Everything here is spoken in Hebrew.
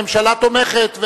הממשלה תומכת,